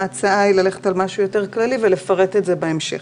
ההצעה היא ללכת על משהו יותר כללי ולפרט בהמשך.